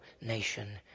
nation